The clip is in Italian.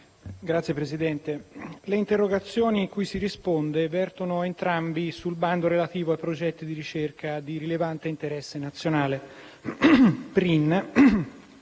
Signora Presidente, le interrogazioni cui si risponde vertono entrambe sul bando relativo ai Progetti di ricerca di rilevante interesse nazionale